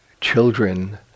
children